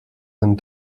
and